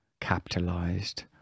capitalized